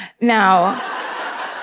Now